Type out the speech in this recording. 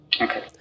Okay